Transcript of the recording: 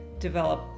develop